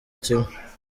kimwe